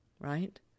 right